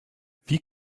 wie